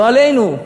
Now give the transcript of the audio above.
לא עלינו,